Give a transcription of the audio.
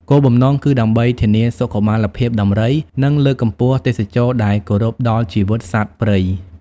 គោលបំណងគឺដើម្បីធានាសុខុមាលភាពដំរី និងលើកកម្ពស់ទេសចរណ៍ដែលគោរពដល់ជីវិតសត្វព្រៃ។